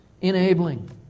enabling